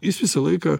jis visą laiką